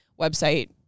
website